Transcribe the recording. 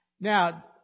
Now